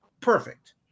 Perfect